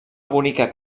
bonica